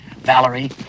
Valerie